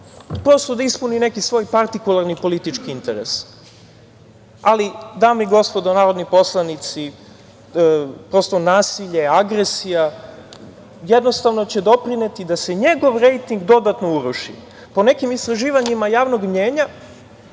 prosto da ispuni neki svoj partikularni politički interes. Dame i gospodo narodni poslanici, nasilje, agresija, jednostavno će doprineti da se njegov rejting dodatno uruši. Po nekim istraživanjima javnog mnjenja,